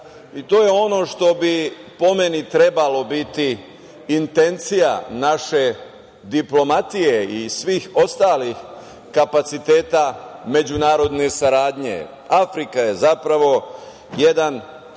i to je ono što bi po meni trebalo biti intencija naše diplomatije i svih ostalih kapaciteta međunarodne saradnje. Afrika je zapravo jedan